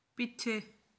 ਪਿੱਛੇ